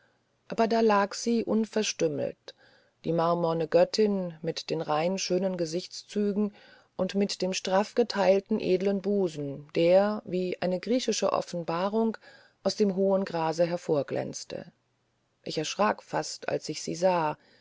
aber da lag sie unverstümmelt die marmorne göttin mit den rein schönen gesichtszügen und mit dem straffgeteilten edlen busen der wie eine griechische offenbarung aus dem hohen grase hervorglänzte ich erschrak fast als ich sie sah